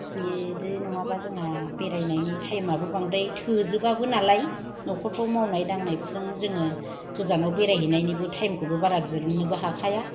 बेदि नङाबा जोंहा बेरायनायनि टाइम आबो बांद्राय थोजोबाबो नालाय न'खरफ्राव मावनाय दांनायफोरजों जोङो गोजानाव बेरायहैनायनिबो टाइम खौबो बारा दिरुननोबो हाखाया